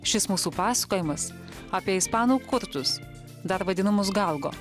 šis mūsų pasakojimas apie ispanų kurtus dar vadinamus galgo